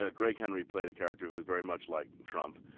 ah gregg henry played a character who was very much like trump.